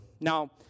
Now